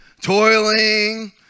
toiling